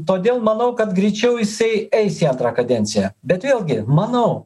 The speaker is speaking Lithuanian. todėl manau kad greičiau jisai eis į antrą kadenciją bet vėlgi manau